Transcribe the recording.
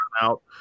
out